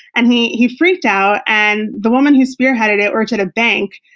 and he he freaked out, and the woman who spearheaded it worked at a bank,